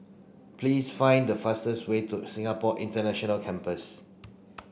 please find the fastest way to Singapore International Campus